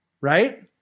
Right